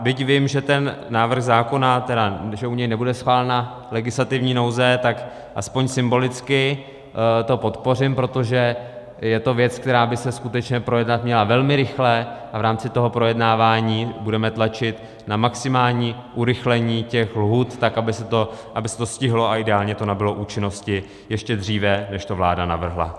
Byť vím, že u návrhu zákona nebude schválena legislativní nouze, tak aspoň symbolicky to podpořím, protože je to věc, která by se skutečně projednat měla velmi rychle, a v rámci toho projednávání budeme tlačit na maximální urychlení lhůt tak, aby se to stihlo a ideálně to nabylo účinnosti ještě dříve, než to vláda navrhla.